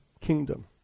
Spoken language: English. kingdom